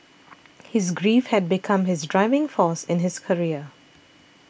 his grief have become his driving force in his career